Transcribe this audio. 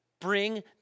bring